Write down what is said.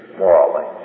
morally